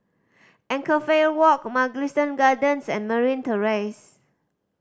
Anchorvale Walk Mugliston Gardens and Merryn Terrace